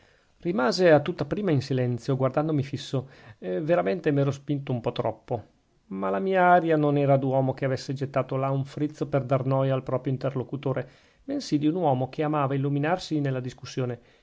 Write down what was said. rimase a tutta prima in silenzio guardandomi fisso veramente m'ero spinto un po troppo ma la mia aria non era d'uomo che avesse gettato là un frizzo per dar noia al proprio interlocutore bensì di un uomo che amava illuminarsi nella discussione